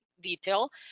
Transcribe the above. detail